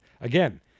again